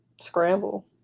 scramble